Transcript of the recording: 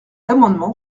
amendement